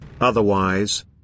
Otherwise